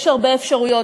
יש הרבה אפשרויות,